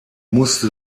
musste